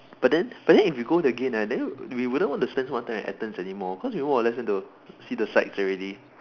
but then but then if you go there again ah then we wouldn't want to spend so much time at Athens anymore cause we more or less went to see the sights already